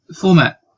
format